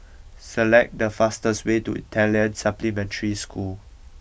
select the fastest way to Italian Supplementary School